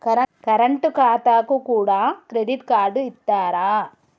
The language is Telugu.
కరెంట్ ఖాతాకు కూడా క్రెడిట్ కార్డు ఇత్తరా?